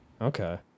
Okay